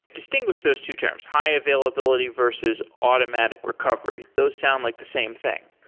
distinguish those two terms high-availability versus automatic recovery. those sound like the same thing.